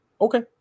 okay